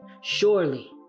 Surely